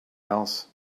else